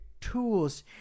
tools